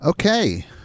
Okay